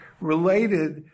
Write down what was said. related